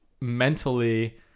mentally